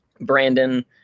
Brandon